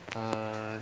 uh